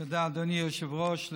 תודה, אדוני היושב-ראש.